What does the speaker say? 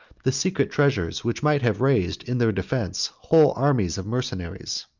the secret treasures which might have raised in their defence whole armies of mercenaries.